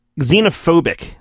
xenophobic